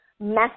Mess